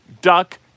duck